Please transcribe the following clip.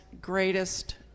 greatest